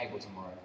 tomorrow